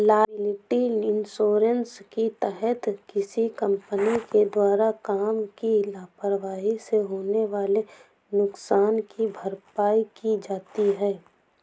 liability insurance के तहत किसी कंपनी के द्वारा काम की लापरवाही से होने वाले नुकसान की भरपाई की जाती है